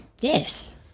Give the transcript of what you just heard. Yes